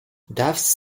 doves